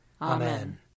Amen